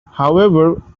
however